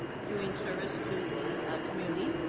doing service to the community.